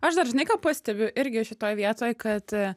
aš dar žinai ką pastebiu irgi šitoj vietoj kad